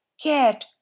Get